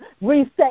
reset